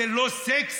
זה לא סקסי?